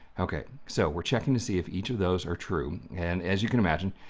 ok, so we're checking to see if each of those are true, and as you can imagine,